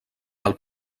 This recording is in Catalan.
del